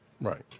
Right